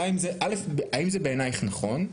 א', האם זה בעינייך נכון?